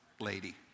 lady